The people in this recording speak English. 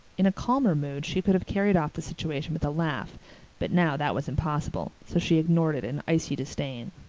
in a calmer mood she could have carried off the situation with a laugh but now that was impossible so she ignored it in icy disdain.